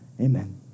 Amen